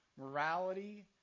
morality